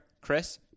chris